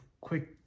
quick